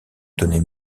données